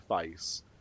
face